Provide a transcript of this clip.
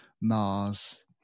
Mars